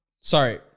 Sorry